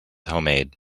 homemade